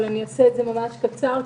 אבל אעשה את זה ממש בקצרה.